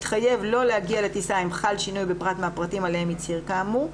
התחייב לא להגיע לטיסה אם חל שינוי בפרט מהפרטים עליהם הצהיר כאמור,